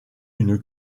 une